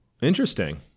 interesting